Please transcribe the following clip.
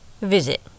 visit